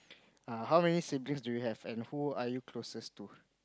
ah how many siblings do you have and who are you closest to